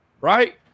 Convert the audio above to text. right